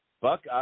Buck